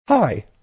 Hi